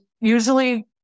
usually